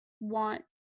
want